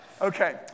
Okay